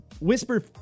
Whisper